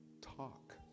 talk